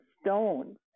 stones